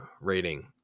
rating